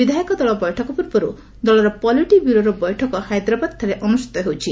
ବିଧାୟକ ଦଳ ବୈଠକ ପୂର୍ବରୁ ଦଳର ପଲିଟି ବ୍ୟୁରୋର ବୈଠକ ହାଇଦ୍ରାବାଦଠାରେ ଅନୁଷ୍ଠିତ ହେଉଛି